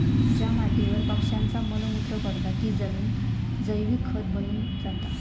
ज्या मातीयेवर पक्ष्यांचा मल मूत्र पडता ती जमिन जैविक खत बनून जाता